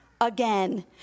again